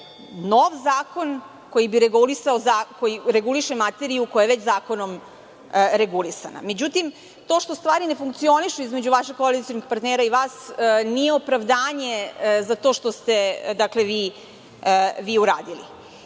nov zakon koji reguliše materiju koja je već zakonom regulisana. Međutim, to što stvari ne funkcionišu između vašeg koalicionog partnera i vas nije opravdanje za to što ste vi uradili. Ono